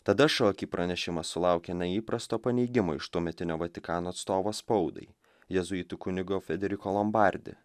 tada šoaki pranešimas sulaukė neįprasto paneigimo iš tuometinio vatikano atstovo spaudai jėzuitų kunigo frederiko lombardi